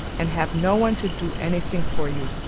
and have no one to do anything for you,